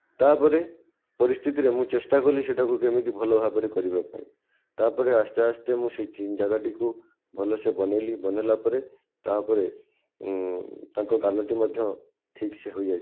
ତା ପରେ ପରିସ୍ଥିତିରେ ମୁଁ ଚେଷ୍ଟା କଲି ସେଟାକୁ କେମିତି ଭଲ ଭାବରେ କରିବା ପାଇଁ ତା ପରେ ଆସ୍ତେ ଆସ୍ତେ ମୁଁ ସେଇ ଚିନ୍ ଜାଗାଟାକୁ ଭଲସେ ବନେଇଲି ବନେଇଲା ପରେ ତା ପରେ ତାଙ୍କ ଗାଲଟି ମଧ୍ୟ ଠିକ୍ସେ ହୋଇ ଯାଇଥିଲା